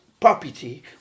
property